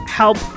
Help